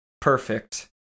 perfect